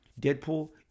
Deadpool